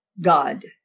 God